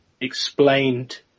explained